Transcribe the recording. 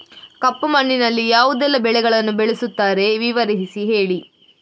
ಕಪ್ಪು ಮಣ್ಣಿನಲ್ಲಿ ಯಾವುದೆಲ್ಲ ಬೆಳೆಗಳನ್ನು ಬೆಳೆಸುತ್ತಾರೆ ವಿವರಿಸಿ ಹೇಳಿ